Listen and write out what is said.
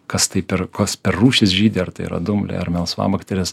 kas tai per kas per rūšys žydi ar tai yra dumbliai ar melsvabakterės